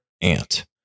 Ant